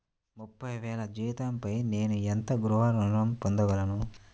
ముప్పై వేల జీతంపై నేను ఎంత గృహ ఋణం పొందగలను?